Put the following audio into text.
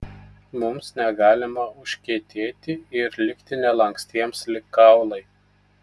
mums negalima užkietėti ir likti nelankstiems lyg kaulai